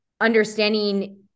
understanding